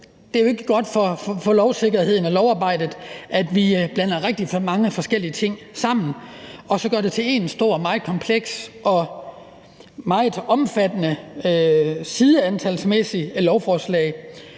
at det ikke er godt for lovsikkerheden og lovarbejdet, at vi blander rigtig mange forskellige ting sammen og så gør det til ét stort og meget komplekst og sideantalsmæssigt meget